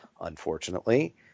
Unfortunately